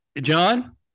John